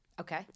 Okay